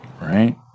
Right